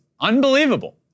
unbelievable